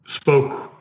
spoke